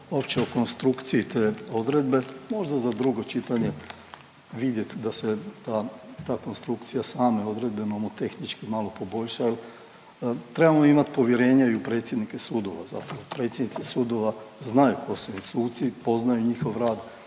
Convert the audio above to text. opće o konstrukciji te odredbe, možda za drugo čitanje vidjet da se ta, ta konstrukcija same odredbe nomotehnički malo poboljša, jer trebamo mi imat povjerenje i u predsjednike sudova zapravo. Predsjednici sudova znaju tko su im suci, poznaju njihov rad,